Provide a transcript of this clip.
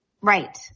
Right